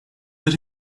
that